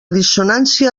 dissonància